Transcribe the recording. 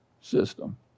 system